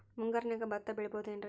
ಮುಂಗಾರಿನ್ಯಾಗ ಭತ್ತ ಬೆಳಿಬೊದೇನ್ರೇ?